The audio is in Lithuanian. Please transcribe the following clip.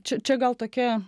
čia čia gal tokia